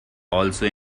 also